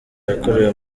yakorewe